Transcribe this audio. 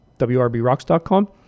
wrbrocks.com